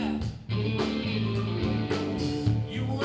and you